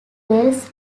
whales